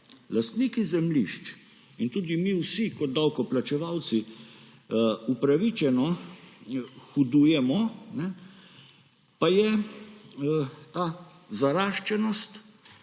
lastniki zemljišč in tudi mi vsi kot davkoplačevalci upravičeno hudujemo, pa je ta zaraščenost